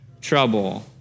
trouble